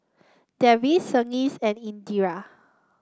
Devi Verghese and Indira